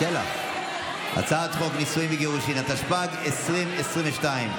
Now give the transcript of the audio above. נישואין וגירושין, התשפ"ג 2022,